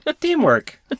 teamwork